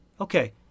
Okay